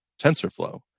tensorflow